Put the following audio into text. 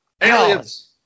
aliens